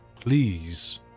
Please